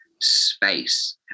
space